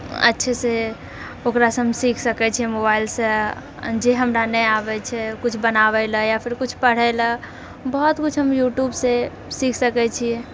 अच्छे से ओकरासऽ हम सीखि सकै छियै मोबाइल सऽ जे हमरा नै आबै छै कुछ बनाबै लऽ या फेर कुछ पढ़ै लऽ बहुत कुछ हम यूट्यूब से सीखि सकै छियै